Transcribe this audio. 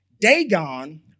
Dagon